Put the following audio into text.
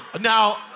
Now